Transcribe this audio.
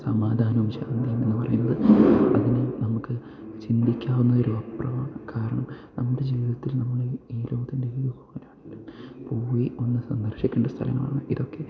സമാധാനവും ശാന്തിയുമെന്ന് പറയുന്നത് അതിന് നമുക്ക് ചിന്തിക്കാവുന്നതിലുമപ്പുറമാണ് കാരണം നമ്മുടെ ജീവിതത്തിൽ നമ്മൾ ഈ ലോകത്തിൻ്റെ ഏത് കോണിലാണെങ്കിലും പോയി ഒന്ന് സന്ദർശിക്കേണ്ട സ്ഥലങ്ങളാണ് ഇതൊക്കെ